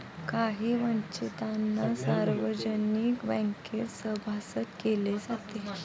काही वंचितांना सार्वजनिक बँकेत सभासद केले जाते